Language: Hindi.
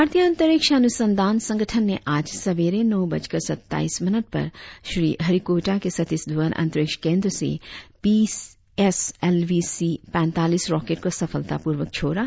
भारतीय अंतरिक्ष अनुसंधान संगठन ने आज सवेरे नौ बजकर सत्ताईस मिनट पर श्री हरिकोटा के सतीश धवन अंतरिक्ष केंद्र से P S L V C पैंतालीस रॉकेट को सफलतापूर्वक छोड़ा